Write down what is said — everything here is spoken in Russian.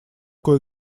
кое